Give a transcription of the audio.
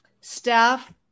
staff